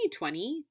2020